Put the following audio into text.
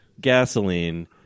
gasoline